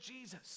Jesus